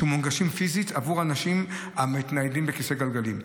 שמונגשים פיזית עבור אנשים המתניידים בכיסא גלגלים.